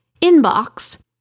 inbox